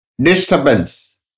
disturbance